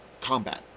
combat